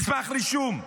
מסמך רישום.